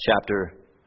chapter